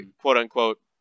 quote-unquote